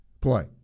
play